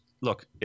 look